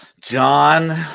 John